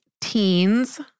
teens